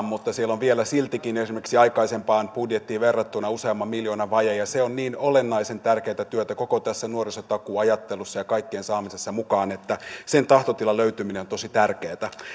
mutta siellä on vielä siltikin esimerkiksi aikaisempaan budjettiin verrattuna useamman miljoonan vaje ja se on niin olennaisen tärkeätä työtä koko tässä nuorisotakuuajattelussa ja kaikkien saamisessa mukaan että sen tahtotilan löytyminen on tosi tärkeätä